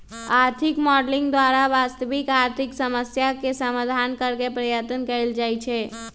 आर्थिक मॉडलिंग द्वारा वास्तविक आर्थिक समस्याके समाधान करेके पर्यतन कएल जाए छै